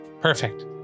Perfect